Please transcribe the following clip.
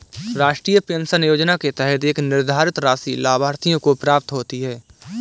राष्ट्रीय पेंशन योजना के तहत एक निर्धारित राशि लाभार्थियों को प्राप्त होती है